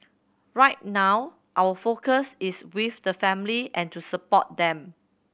right now our focus is with the family and to support them